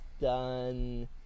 done